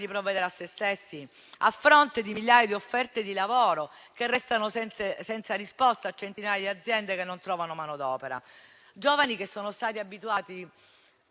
di provvedere a se stessi, a fronte di migliaia di offerte di lavoro che restano senza risposta, con centinaia di aziende che non trovano manodopera; giovani che sono stati abituati